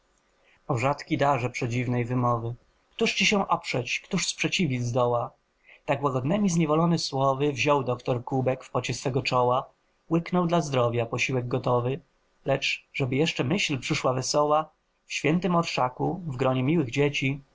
rzadki darze przedziwnej wymowy któż ci się oprzeć któż sprzeciwić zdoła tak łagodnemi zniewolony słowy wziął doktor kubek w pocie swego czoła łyknął dla zdrowia posiłek gotowy lecz żeby jeszcze myśl przyszła wesoła w świętym orszaku w gronie miłych dzieci